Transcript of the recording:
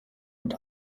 und